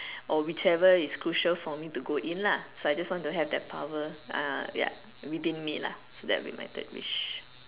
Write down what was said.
or whichever is crucial for me to go in lah so I just want to have that power ah ya within me lah so that would be my third wish